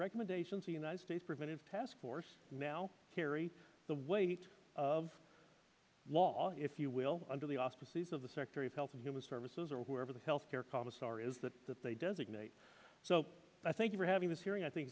recommendations for united states preventive task force now carry the weight of law if you will under the auspices of the secretary of health and human services or whoever the health care commissar is that that they designate so i thank you for having this hearing i think